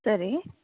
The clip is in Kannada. ಸರಿ